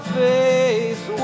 face